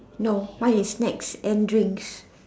no mine is snacks and drink